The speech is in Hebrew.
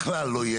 בכלל לא יהיה